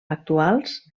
actuals